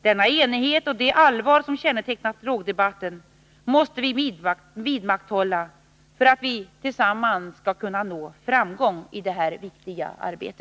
Denna enighet och det allvar som har kännetecknat drogdebatten måste vi vidmakthålla för att vi tillsammans skall kunna nå framgång i detta viktiga arbete.